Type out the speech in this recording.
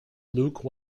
luke